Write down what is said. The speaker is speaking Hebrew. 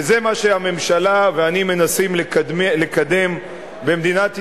וזה מה שהממשלה ואני מנסים לקדם במדינת ישראל.